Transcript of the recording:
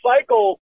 cycle